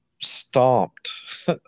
stomped